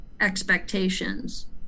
expectations